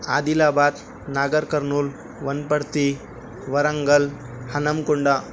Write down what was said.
عادل آباد Nagarkurnool Wanaparthy Warangal ہنم Kunda